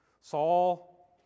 Saul